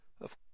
Of